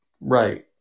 Right